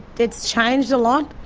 it's changed a lot.